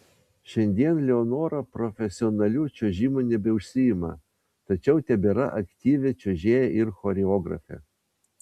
šiandien leonora profesionaliu čiuožimu nebeužsiima tačiau tebėra aktyvi čiuožėja ir choreografė